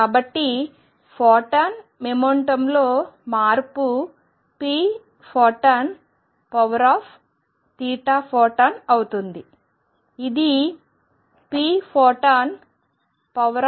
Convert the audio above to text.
కాబట్టి ఫోటాన్ మొమెంటమ్లో మార్పు pphoton ఫోటాన్ అవుతుంది ఇది pphoton af కి సమానం